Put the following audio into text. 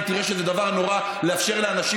אם תראה שזה דבר נורא לאפשר לאנשים,